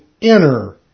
inner